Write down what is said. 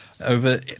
Over